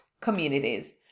Communities